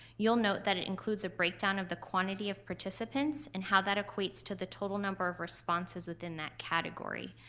you'll note that it includes a break down of the quantity of participants and how that equates to the total number of responses within that category.